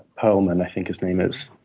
um and i think his name is,